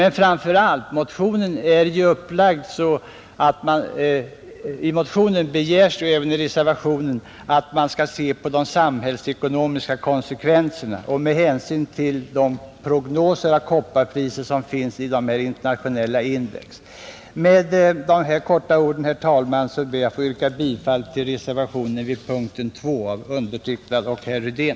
I motionen och även i reservationen begärs att man skall se på de samhällsekonomiska konsekvenserna och ta hänsyn till de prognoser om kopparpriset som finns i internationella index. Med dessa ord, herr talman, ber jag att få yrka bifall till reservationen vid punkten 2 av mig och herr Rydén.